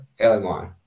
LMI